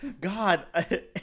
God